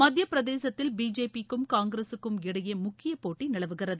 மத்திய பிரதேசத்தில் பிஜேபிக்கும் காங்கிரசுக்கும் இடையே முக்கிய போட்டி நிலவுகிறது